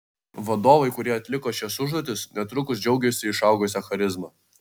vadovai kurie atliko šias užduotis netrukus džiaugėsi išaugusia charizma